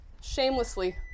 shamelessly